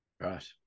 Right